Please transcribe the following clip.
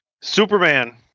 superman